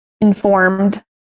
informed